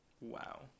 Wow